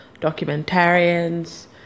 documentarians